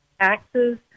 taxes